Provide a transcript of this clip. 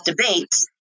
debates